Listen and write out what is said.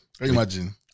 Imagine